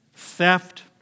Theft